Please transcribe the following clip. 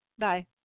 Bye